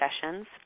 sessions